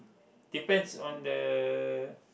depends on the